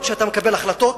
אף-על-פי שאתה מקבל החלטות